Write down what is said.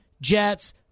Jets